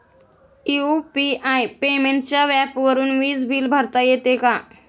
UPI पेमेंटच्या ऍपवरुन वीज बिल भरता येते का?